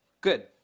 Good